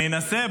אני אנסה,